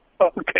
Okay